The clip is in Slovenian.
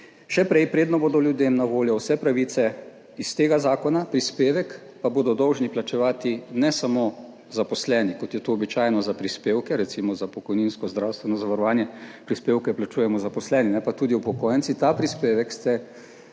še prej, preden bodo ljudem na voljo vse pravice iz tega zakona. Prispevek pa bodo dolžni plačevati ne samo zaposleni, kot je to običajno za prispevke, recimo, za pokojninsko, zdravstveno zavarovanje. Prispevke plačujemo zaposleni, ne pa tudi upokojenci. S tem prispevkom ste